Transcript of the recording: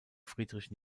friedrich